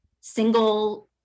single